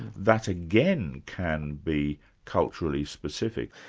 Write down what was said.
that again can be culturally specific.